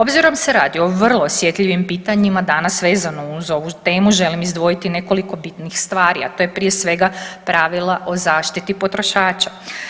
Obzirom da se radi o vrlo osjetljivim pitanjima danas vezano uz ovu temu želim izdvojiti nekoliko bitnih stvari, a to je prije svega pravila o zaštiti potrošača.